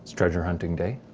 treasure hunting day.